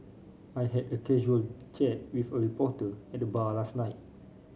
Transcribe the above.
I had a casual chat with a reporter at the bar last night